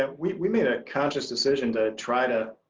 ah we we made a conscious decision to try to,